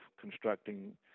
constructing